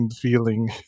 feeling